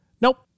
Nope